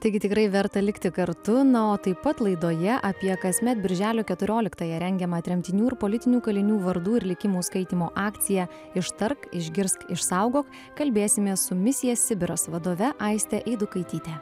taigi tikrai verta likti kartu na o taip pat laidoje apie kasmet birželio keturioliktąją rengiamą tremtinių ir politinių kalinių vardų ir likimų skaitymo akcija ištark išgirsk išsaugok kalbėsimės su misija sibiras vadove aiste eidukaityte